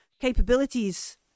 capabilities